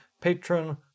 Patron